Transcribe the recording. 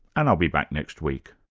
and i'll be back next week